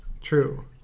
True